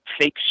fake